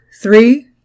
three